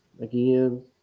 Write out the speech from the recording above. again